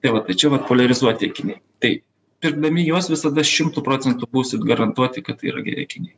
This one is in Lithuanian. tai vat tai čia vat poliarizuoti akiniai tai pirkdami juos visada šimtu procentų būsit garantuoti kad tai yra geri akiniai